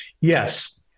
Yes